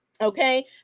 Okay